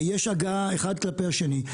ויש הגעה אחד כלפי השני,